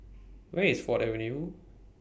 Where IS Ford Avenue